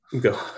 Go